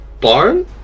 barn